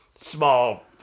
small